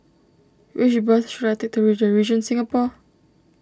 which bus should I take to the Regent Singapore